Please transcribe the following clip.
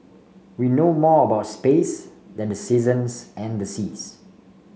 we know more about space than the seasons and the seas